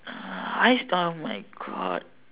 eyes oh my God